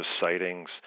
sightings